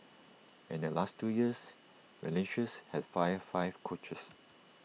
and in the last two years Valencia's had fired five coaches